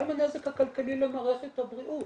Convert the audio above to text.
מה עם הנזק הכלכלי למערכת הבריאות?